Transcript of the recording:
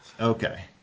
Okay